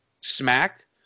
smacked